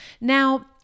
Now